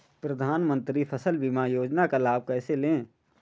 प्रधानमंत्री फसल बीमा योजना का लाभ कैसे लें?